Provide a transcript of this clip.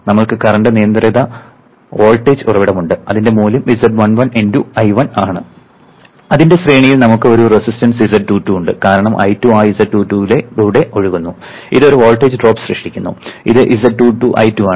നമ്മൾക്ക് കറന്റ് നിയന്ത്രിത വോൾട്ടേജ് ഉറവിടമുണ്ട് അതിന്റെ മൂല്യം z21 × I1 ആണ് അതിന്റെ ശ്രേണിയിൽ നമുക്ക് ഒരു റെസിസ്റ്റൻസ് z22 ഉണ്ട് കാരണം I2 ആ z22 ലൂടെ ഒഴുകുന്നു ഇത് ഒരു വോൾട്ടേജ് ഡ്രോപ്പ് സൃഷ്ടിക്കുന്നു ഇത് z22 I2 ആണ്